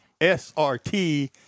SRT